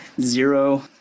Zero